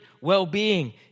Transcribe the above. well-being